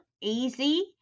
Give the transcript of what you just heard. easy